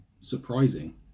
surprising